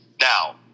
Now